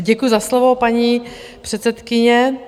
Děkuji za slovo, paní předsedkyně.